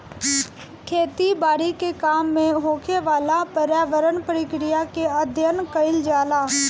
खेती बारी के काम में होखेवाला पर्यावरण प्रक्रिया के अध्ययन कईल जाला